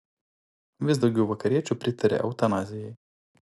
vis daugiau vakariečių pritaria eutanazijai